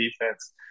defense